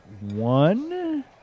one